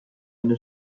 eine